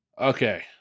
Okay